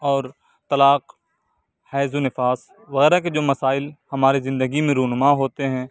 اور طلاق حیض و نفاس وغیرہ کے جو مسائل ہمارے زندگی میں رونما ہوتے ہیں